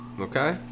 Okay